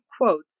quotes